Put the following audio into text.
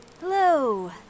Hello